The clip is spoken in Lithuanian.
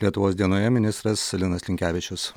lietuvos dienoje ministras linas linkevičius